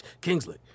Kingsley